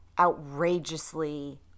outrageously